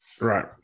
right